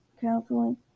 counseling